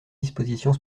dispositions